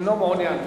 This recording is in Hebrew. אינו מעוניין.